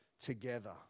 together